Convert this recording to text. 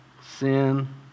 sin